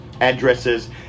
addresses